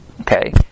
okay